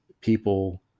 people